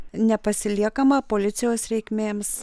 nepasiliekama policijos reikmėms